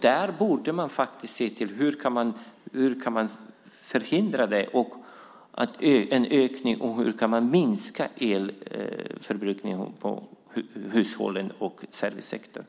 Man borde se över hur det går att förhindra en ökning och i stället minska elförbrukningen hos hushållen och i servicesektorn.